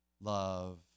love